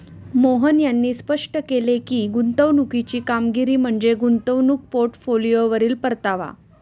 मोहन यांनी स्पष्ट केले की, गुंतवणुकीची कामगिरी म्हणजे गुंतवणूक पोर्टफोलिओवरील परतावा